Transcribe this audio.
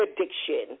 addiction